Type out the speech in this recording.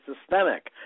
systemic